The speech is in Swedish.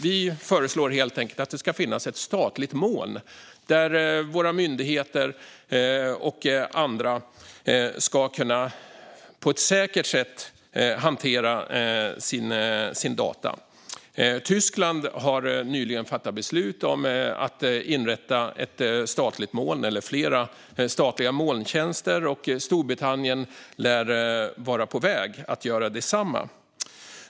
Vi föreslår helt enkelt att det ska finnas ett statligt moln, där våra myndigheter och andra på ett säkert sätt ska kunna hantera sina data. Tyskland har nyligen fattat beslut om att inrätta ett statligt moln, eller flera statliga molntjänster, och Storbritannien lär vara på väg att göra detsamma.